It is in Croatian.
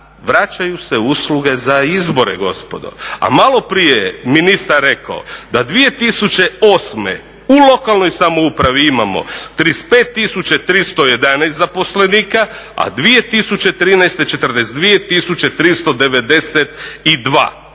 Vraćaju se usluge za izbore, gospodo. A maloprije je ministar rekao, da 2008. u lokalnoj samoupravi imamo 35 tisuća 311 zaposlenika, a 2013. 42